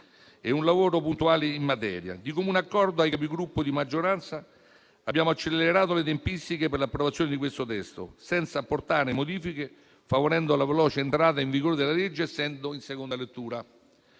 e un lavoro puntuale in materia. Di comune accordo tra i Capigruppo di maggioranza abbiamo accelerato le tempistiche per l'approvazione di questo testo, senza apportare modifiche e favorendo la veloce entrata in vigore della normativa, essendo in seconda lettura.